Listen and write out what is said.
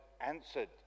answered